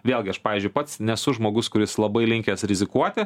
vėlgi aš pavyzdžiui pats nesu žmogus kuris labai linkęs rizikuoti